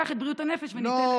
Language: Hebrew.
נזניח את בריאות הנפש וניתן להם,